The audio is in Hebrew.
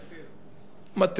מטה.